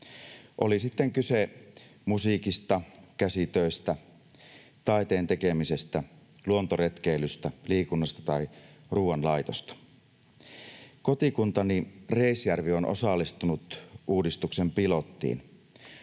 oli sitten kyse musiikista, käsitöistä, taiteen tekemisestä, luontoretkeilystä, liikunnasta tai ruoanlaitosta. Kotikuntani Reisjärvi on osallistunut uudistuksen pilottiin.